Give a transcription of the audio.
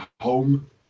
home